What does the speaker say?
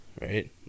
right